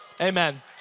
Amen